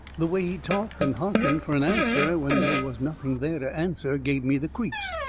the way he talked, and harkened fur an answer, when they was nothing there to answer, give me the creeps.